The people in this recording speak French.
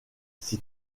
s’y